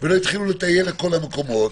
ולא התחילו לטייל בכל המקומות,